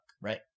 Right